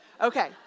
Okay